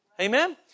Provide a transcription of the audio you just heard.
Amen